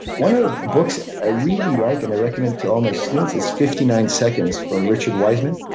one of the books i really like and i recommend to all my students is fifty nine seconds from richard wiseman.